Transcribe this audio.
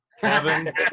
Kevin